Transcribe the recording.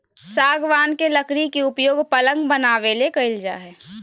सागवान के लकड़ी के उपयोग पलंग बनाबे ले कईल जा हइ